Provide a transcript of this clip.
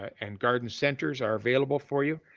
and garden centers are available for you.